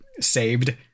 saved